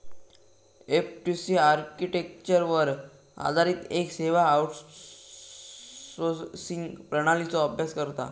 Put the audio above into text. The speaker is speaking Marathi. एफ.टू.सी आर्किटेक्चरवर आधारित येक सेवा आउटसोर्सिंग प्रणालीचो अभ्यास करता